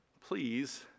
Please